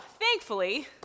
thankfully